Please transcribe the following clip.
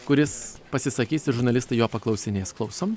kuris pasisakys ir žurnalistai jo paklausinės klausom